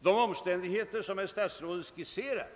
de omständigheter som socialministern skisserat